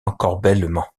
encorbellement